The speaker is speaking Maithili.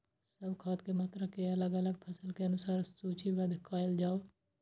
सब खाद के मात्रा के अलग अलग फसल के अनुसार सूचीबद्ध कायल जाओ?